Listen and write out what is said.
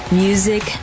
music